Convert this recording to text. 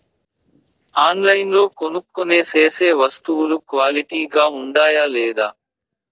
ఆన్లైన్లో కొనుక్కొనే సేసే వస్తువులు క్వాలిటీ గా ఉండాయా లేదా?